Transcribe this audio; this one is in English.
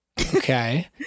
Okay